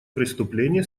преступление